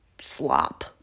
slop